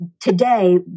Today